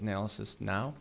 analysis now